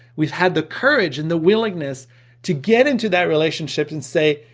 we've had the courage and the willingness to get into that relationship and say,